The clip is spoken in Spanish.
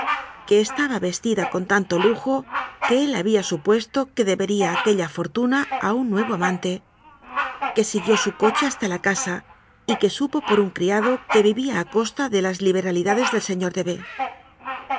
que estaba vestida con tanto lujo que él había supuesto que debería aque lla fortuna a un nuevo amante que siguió su co che hasta la casa y que supo por un criado que vivía a costa de las liberalidades del señor de